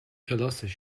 کلاسش